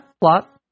plot